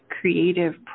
creative